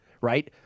right